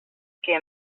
què